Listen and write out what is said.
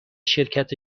شرکت